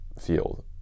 field